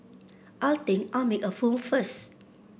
I think I'll make a move first